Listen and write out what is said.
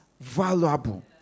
valuable